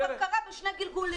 זה כבר קרה בשני גלגולים.